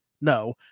no